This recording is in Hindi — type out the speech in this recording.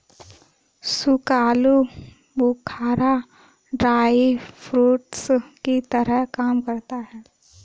सूखा आलू बुखारा ड्राई फ्रूट्स की तरह काम करता है